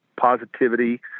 positivity